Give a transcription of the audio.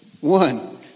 One